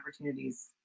opportunities